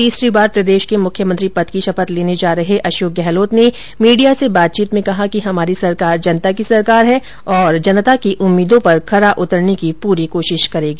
तीसरी बार प्रदेश के मुख्यमंत्री पद की शपथ लेने जा रहे अशोक गहलोत ने मीडिया से बातचीत में कहा कि हमारी सरकार जनता की सरकार है और जनता की उम्मीदों पर खरा उतरने की पूरी कोशिश करेगी